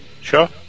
sure